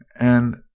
and